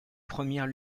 premières